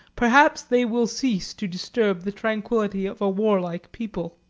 perhaps they will cease to disturb the tranquillity of a warlike people.